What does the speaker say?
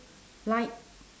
light